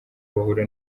bahura